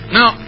Now